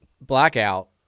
Blackout